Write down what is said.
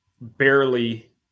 barely